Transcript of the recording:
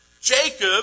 Jacob